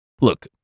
Look